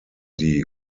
die